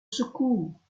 secours